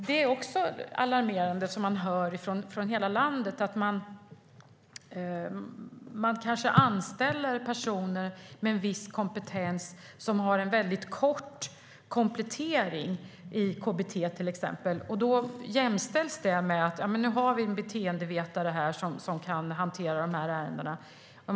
Det är också något alarmerande som man hör från hela landet: Man kanske anställer personer med en viss kompetens som har en väldigt kort komplettering i till exempel KBT, och då jämställs det med att ha en beteendevetare som kan hantera de här ärendena.